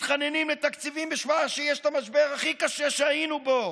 מתחננים לתקציבים בשעת המשבר הכי קשה שהיינו בו,